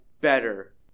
better